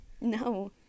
No